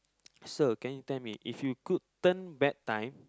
so can you tell me if you could turn back time